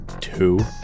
Two